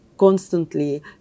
constantly